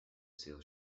seal